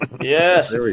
Yes